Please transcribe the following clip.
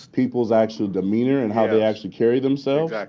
people's actual demeanor and how they actually carry themselves?